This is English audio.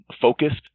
focused